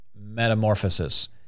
metamorphosis